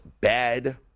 bad